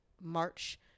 March